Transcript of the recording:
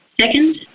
Second